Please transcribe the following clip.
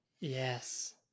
Yes